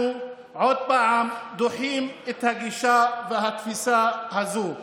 אנחנו עוד פעם דוחים את הגישה והתפיסה הזו.